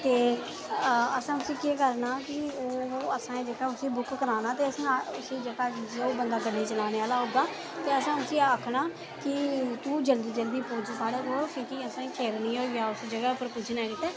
ते असें उसी केह् करना कि ते ओह् असें उसी बुक कराना ते उसी जो जेह्का गड्डी चलाने आह्ला होगा ते असें उसी आखना कि तू जल्दी जल्दी पुज्ज साढ़े कोल ते भी असें चिर निं होई जा उस जगह पुज्जने गितै